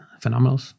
phenomenal